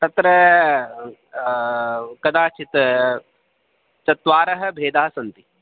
तत्र कदाचित् चत्वारः भेदाः सन्ति